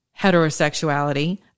heterosexuality